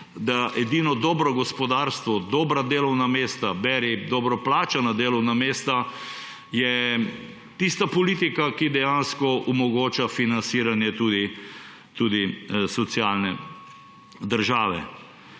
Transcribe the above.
so edino dobro gospodarstvo, dobra delovna mesta, beri dobro plačana delovna mesta, tista politika, ki dejansko omogoča financiranje tudi socialne države.